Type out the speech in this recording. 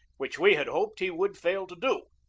which we had hoped he would fail to do.